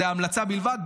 זה המלצה בלבד,